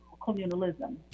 communalism